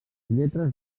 lletres